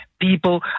people